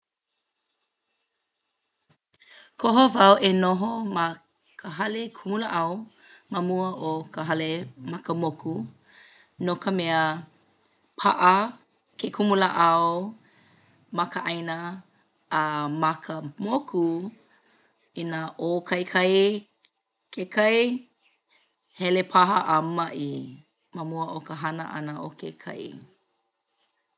Koho wau e noho ma ka hale kumulāʻau ma mua o ka hale ma ka moku no ka mea paʻa ke kumulāʻau ma ka ʻāina a umm ma ka moku inā ʻōkaikai ke kai hele paha a maʻi ma mua o ka hana ʻana o ke kai.